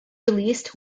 released